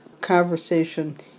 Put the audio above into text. conversation